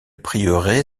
prieuré